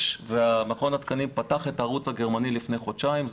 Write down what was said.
ומכון התקנים פתח את הערוץ הגרמני לפני חודשיים,